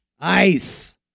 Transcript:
Ice